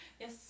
Yes